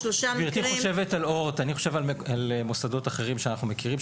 גברתי חושבת על- -- אני חושב על מוסדות אחרים שאנחנו מכירים,